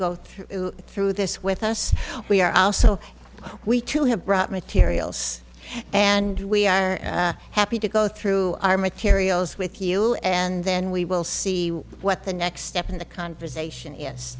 through through this with us we are also we to have brought materials and we are happy to go through our materials with you and then we will see what the next step in the conversation